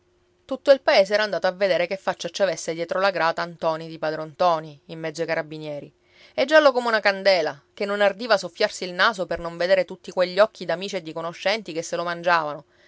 tutto il paese era andato a vedere che faccia ci avesse dietro la grata ntoni di padron ntoni in mezzo ai carabinieri e giallo come una candela che non ardiva soffiarsi il naso per non vedere tutti quegli occhi d'amici e di conoscenti che se lo mangiavano